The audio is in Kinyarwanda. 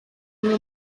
imwe